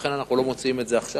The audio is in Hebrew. לכן אנחנו לא מוציאים את זה עכשיו.